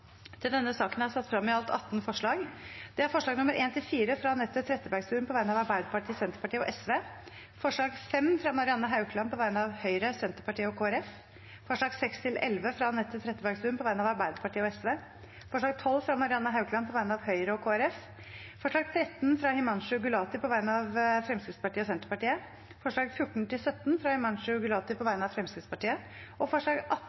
til votering over sakene på dagens kart. Sakene nr. 1–3 var interpellasjoner. Under debatten er det satt frem i alt 18 forslag. Det er forslagene nr. 1–4, fra Anette Trettebergstuen på vegne av Arbeiderpartiet, Senterpartiet og Sosialistisk Venstreparti forslag nr. 5, fra Marianne Haukland på vegne av Høyre, Senterpartiet og Kristelig Folkeparti forslagene nr. 6–11, fra Anette Trettebergstuen på vegne av Arbeiderpartiet og Sosialistisk Venstreparti forslag nr. 12, fra Marianne Haukland på vegne av Høyre og Kristelig Folkeparti forslag nr. 13, fra Himanshu Gulati på vegne av Fremskrittspartiet og Senterpartiet forslagene nr. 14–17, fra Himanshu Gulati